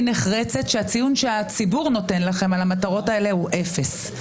נחרצת שהציון שהציבור נותן לכם על המטרות האלה הוא אפס.